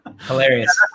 hilarious